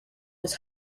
was